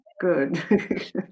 good